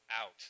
out